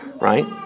right